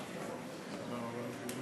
חבר הכנסת זאב בנימין